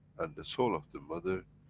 and the soul of the mother,